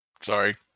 Sorry